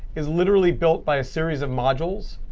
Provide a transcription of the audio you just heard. is literally built by a series of modules.